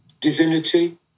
divinity